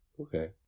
Okay